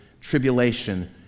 tribulation